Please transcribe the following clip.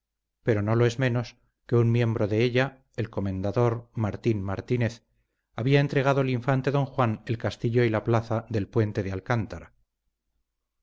pero no lo es menos que un miembro de ella el comendador martín martínez había entregado al infante don juan el castillo y plaza del puente de alcántara